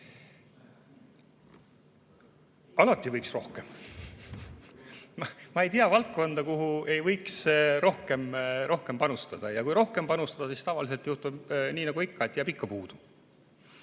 Alati võiks rohkem panustada. Ma ei tea valdkonda, kuhu ei võiks rohkem panustada. Ja kui rohkem panustada, siis tavaliselt juhtub nii, et ikka jääb puudu.